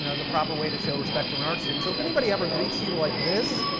you know the proper way to show respect to an art student. so if anybody ever greets you like this,